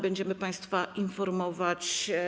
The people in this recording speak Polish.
Będziemy państwa informować.